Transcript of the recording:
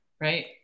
Right